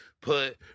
Put